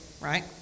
right